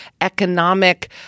economic